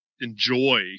enjoy